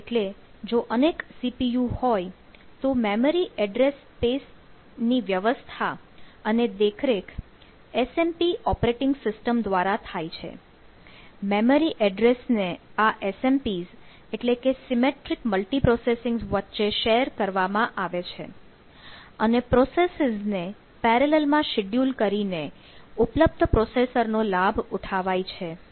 એટલે જો અનેક CPU હોય તો મેમરી એડ્રેસ સ્પેસ વચ્ચે શેર કરવામાં આવે છે અને પ્રોસેસીસ ને પેરેલલ માં શિડયુલ કરીને ઉપલબ્ધ પ્રોસેસરનો લાભ ઉઠાવાય છે